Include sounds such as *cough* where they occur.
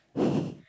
*breath*